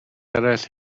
eraill